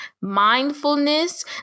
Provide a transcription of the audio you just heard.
mindfulness